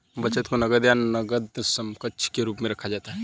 बचत को नकद या नकद समकक्ष के रूप में रखा जाता है